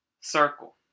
circle